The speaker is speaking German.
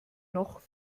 noch